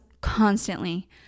constantly